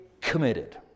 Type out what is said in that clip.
committed